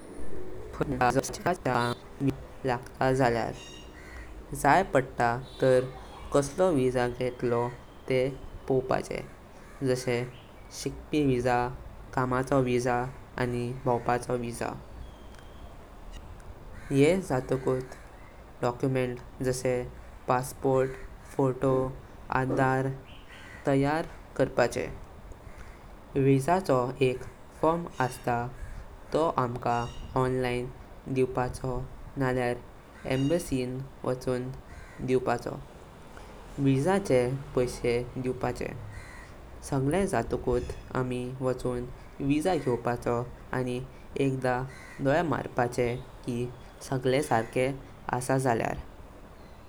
खायचा देशानं विटा तेजो वेबसिटीं वसपाचें आनी सोडपाचें कि तुज्या देशाच्या लोका घांव वासपाक विझा लागतां जाल्यार। झाय पडलां तांर कसलों विझा घेटलो तेह पोवपाचें जाशें शिकपी विझा, कामाचो विझा आनी भौवपाचो विझा। यें जाटतुक डोक्युमेंट जाशें पासपोर्ट, फोटो, आधार तायार करपाचें। विझा चो एक फॉर्म अस्तां तो आनका ऑनलाइन दिवपाचो नजाल्यार एम्बसी म्हण वाचून दिवपाचो। विझा चें पैशे दिवपाचें। सगळे जातकट आम्ही विझा वाचून घेवपाचो आनी एकदा दोये मारपाची कि सगळे सगळ्ये आसा जाल्यार।